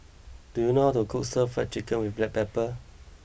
do you know how to cook Stir Fry Chicken with Black Pepper